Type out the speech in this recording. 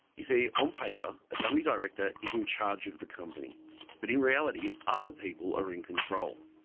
you see, on paper a dummy director is in charge of the company but in reality, other people are in control.